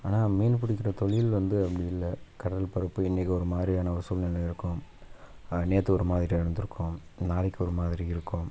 ஆனால் மீன் பிடிக்கிற தொழில் வந்து அப்படி இல்லை கடல் பரப்பு இன்னைக்கு ஒரு மாதிரியான ஒரு சூழ்நிலை இருக்கும் நேற்று ஒரு மாதிரியாக இருந்திருக்கும் நாளைக்கு ஒரு மாதிரி இருக்கும்